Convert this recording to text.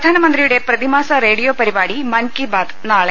പ്രധാനമന്ത്രിയുടെ പ്രതിമാസ റേഡിയോ പരിപാടി മൻ കി ബാത്ത് നാളെ